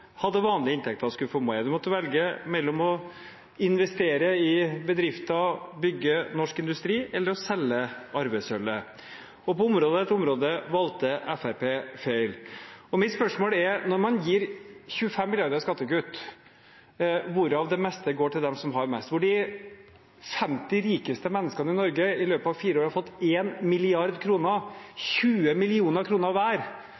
hadde vanlige inntekter, skulle få mer. Man måtte velge mellom å investere i bedrifter, bygge norsk industri og å selge arvesølvet. På område etter område valgte Fremskrittspartiet feil. Mitt spørsmål er: Når man gir 25 mrd. kr. i skattekutt, hvorav det meste går til dem som har mest, hvor de 50 rikeste menneskene i Norge i løpet av fire år har fått 1 mrd. kr – 20 mill. kr. hver